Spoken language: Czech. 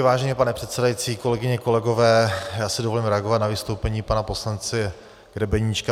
Vážený pane předsedající, kolegyně, kolegové, já si dovolím reagovat na vystoupení pana poslance Grebeníčka.